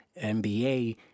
NBA